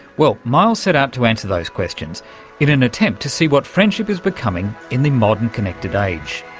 well, miles sets out to answer those questions in an attempt to see what friendship is becoming in the modern connected age.